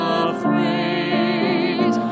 afraid